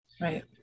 Right